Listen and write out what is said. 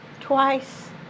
Twice